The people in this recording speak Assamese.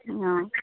অঁ